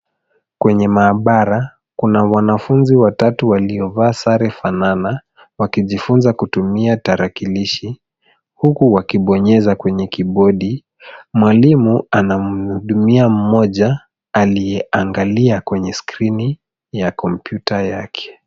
Kwenye maabara, kuna wanafunzi watatu waliovaa sare fanana, wakijifunza kutumia tarakilishi, huku wakobonyeza kwenye kibodi. Mwalimu anamhudumia mmoja aliyeangalia kwenye skrini ya kompyuta yake.